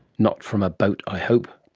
not from a boat i hope.